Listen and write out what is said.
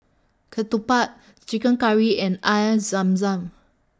Ketupat Chicken Curry and Air Zam Zam